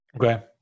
Okay